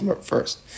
first